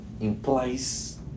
implies